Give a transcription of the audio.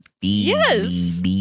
yes